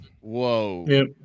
Whoa